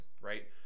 right